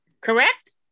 Correct